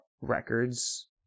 records